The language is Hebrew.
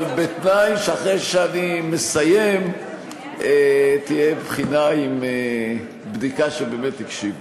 אבל בתנאי שאחרי שאני מסיים תהיה בחינה עם בדיקה שבאמת הקשיבו.